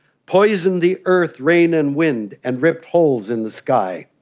poisoned the earth, rain, and wind, and ripped holes in the sky.